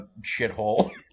shithole